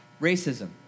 racism